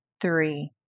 three